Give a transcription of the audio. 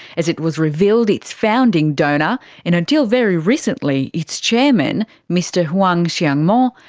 as it was revealed its founding donor and until very recently its chairman mr huang xiangmo,